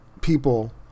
people